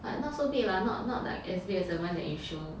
but not so big lah not not like as big as the one you show